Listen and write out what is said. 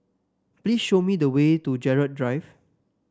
please show me the way to Gerald Drive